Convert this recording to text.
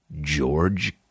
George